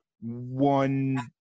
one